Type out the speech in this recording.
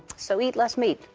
so eat less meat,